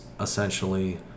essentially